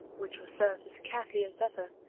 which was served as carefully as ever,